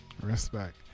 Respect